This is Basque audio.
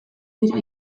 dira